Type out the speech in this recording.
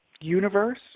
universe